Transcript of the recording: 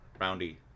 Roundy